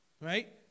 right